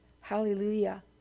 hallelujah